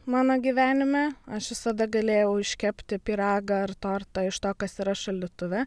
mano gyvenime aš visada galėjau iškepti pyragą ar tortą iš to kas yra šaldytuve